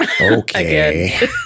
Okay